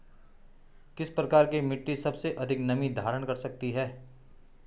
किस प्रकार की मिट्टी सबसे अधिक नमी धारण कर सकती है?